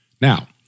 Now